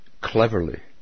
cleverly